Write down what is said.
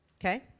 okay